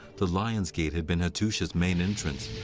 the lion's gate had been hattusha's main entrance,